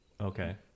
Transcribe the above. Okay